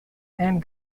and